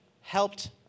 helped